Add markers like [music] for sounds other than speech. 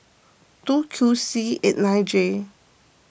two [unintelligible] C eight nine J